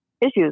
issues